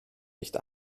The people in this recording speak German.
nicht